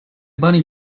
bunny